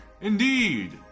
Indeed